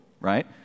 right